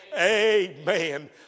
Amen